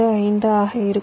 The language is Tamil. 65 ஆக இருக்கும்